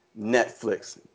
Netflix